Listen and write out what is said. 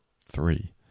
three